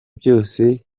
byose